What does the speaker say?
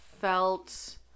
felt